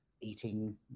eating